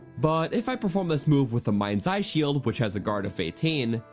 but if i perform this move with a minds eye shield which has a guard of eighteen,